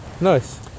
Nice